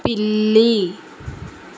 పిల్లి